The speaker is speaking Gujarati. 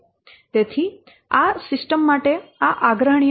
તેથી આ સિસ્ટમ માટે આ આગ્રહણીય નથી